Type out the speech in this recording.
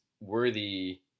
worthy